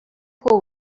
pool